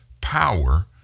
power